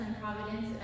Providence